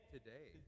Today